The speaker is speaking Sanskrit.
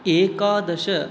एकादश